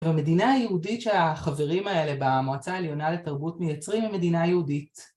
המדינה היהודית שהחברים האלה במועצה העליונה לתרבות מייצרים, היא מדינה יהודית